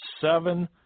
seven